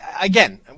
again